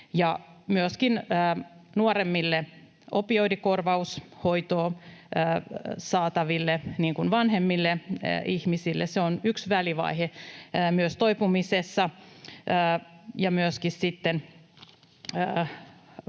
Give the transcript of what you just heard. myöskin opioidikorvaushoitoa on saatava nuoremmille niin kuin vanhemmille ihmisille — se on yksi välivaihe myös toipumisessa — ja sitten